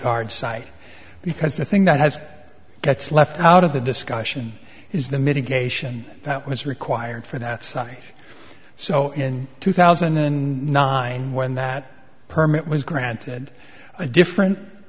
aard site because the thing that has gets left out of the discussion is the mitigation that was required for that site so in two thousand and nine when that permit was granted a different